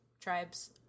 tribes